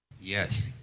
Yes